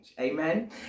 amen